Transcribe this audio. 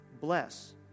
Bless